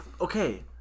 Okay